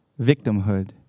victimhood